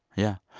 yeah.